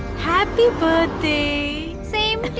happy birthday